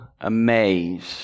amazed